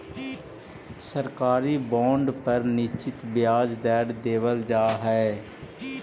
सरकारी बॉन्ड पर निश्चित ब्याज दर देवल जा हइ